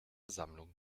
sammlung